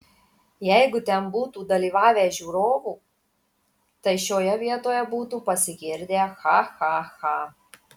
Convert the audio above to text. jeigu ten būtų dalyvavę žiūrovų tai šioje vietoje būtų pasigirdę cha cha cha